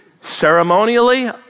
Ceremonially